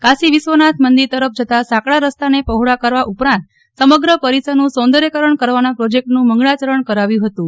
કાશી વિશ્વનાથ મંદિર તરફ જતા સાંકડા રસ્તાને પહોળા કરવા ઉપરાંત સમગ્ર પરિસરનું સૌદર્યકરણ કરવાના પ્રોજેક્ટનું મંગળાચરણ કરાવ્યું હતું